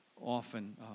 often